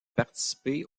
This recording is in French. participé